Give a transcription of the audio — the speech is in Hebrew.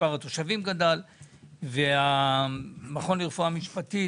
מספר התושבים גדל והמכון לרפואה משפטית